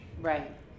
Right